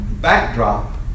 backdrop